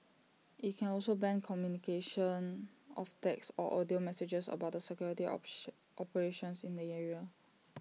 IT can also ban communication of text or audio messages about the security option operations in the area